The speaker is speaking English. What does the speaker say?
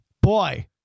boy